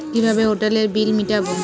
কিভাবে হোটেলের বিল মিটাব?